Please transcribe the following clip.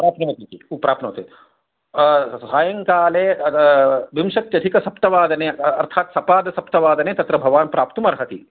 प्राप्नोति इति प्राप्नोति सायंकाले विंशत्यधिक सप्तवादने अर्थात् सपादसप्तवादने तत्र भवान् प्राप्तुम् अर्हति